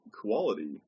quality